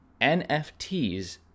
NFTs